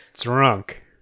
Drunk